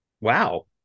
Wow